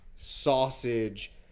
Sausage